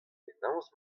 penaos